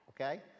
okay